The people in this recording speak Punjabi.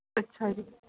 ਅੱਛਾ ਜੀ